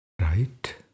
right